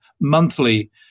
monthly